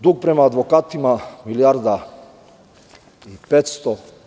Dug prema advokatima, milijarda i 500.